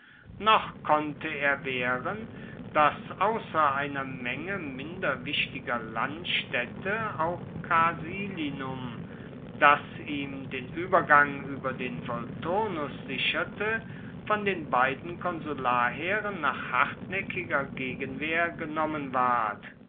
noch konnte er wehren dass ausser einer menge minder wichtiger landstaedte auch casilinum das ihm den uebergang ueber den volturnus sicherte von den beiden konsularheeren nach hartnaeckiger gegenwehr genommen ward